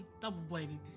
double-bladed